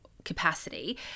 capacity